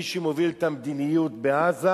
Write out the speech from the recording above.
מי שמוביל את המדיניות בעזה,